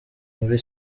muri